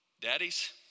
Daddies